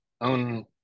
own